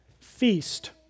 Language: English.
feast